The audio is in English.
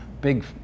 big